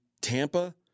Tampa